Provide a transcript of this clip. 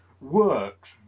works